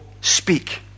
speak